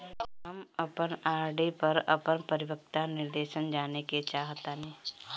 हम अपन आर.डी पर अपन परिपक्वता निर्देश जानेके चाहतानी